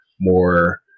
more